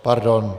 Pardon.